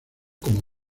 como